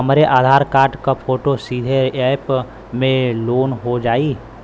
हमरे आधार कार्ड क फोटो सीधे यैप में लोनहो जाई?